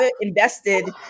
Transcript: invested